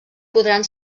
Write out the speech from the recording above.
podran